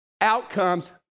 outcomes